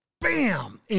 Bam